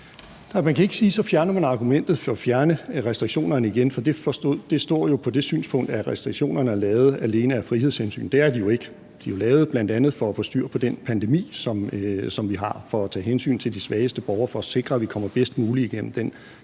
Man kan ikke sige, at man så fjerner argumentet for at fjerne restriktionerne igen, for det står jo på det synspunkt, at restriktionerne er lavet alene af frihedshensyn – og det er de jo ikke. De er lavet bl.a. for at få styr på den pandemi, som vi har, for at tage hensyn til de svageste borgere og for at sikre, at vi kommer bedst muligt igennem den